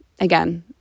again